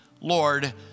Lord